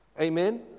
Amen